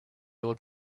old